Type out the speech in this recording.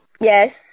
Yes